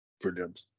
brilliant